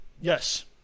Yes